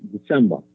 December